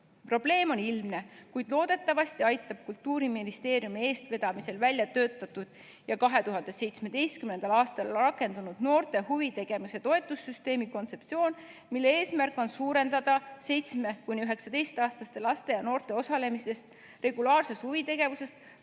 Probleem on ilmne, kuid loodetavasti aitab Kultuuriministeeriumi eestvedamisel välja töötatud ja 2017. aastal rakendunud noorte huvitegevuse toetussüsteemi kontseptsioon, mille eesmärk on suurendada 7–19-aastaste laste ja noorte osalemist regulaarses huvitegevuses,